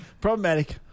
Problematic